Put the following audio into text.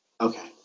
Okay